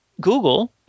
Google